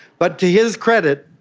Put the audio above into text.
but to his credit,